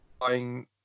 buying